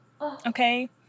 Okay